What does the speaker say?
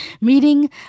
meeting